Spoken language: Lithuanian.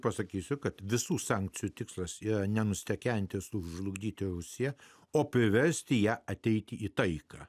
pasakysiu kad visų sankcijų tikslas yra nenustekenti sužlugdyti ausies o privesti ją ateiti į taiką